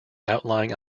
outlying